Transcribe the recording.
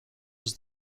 was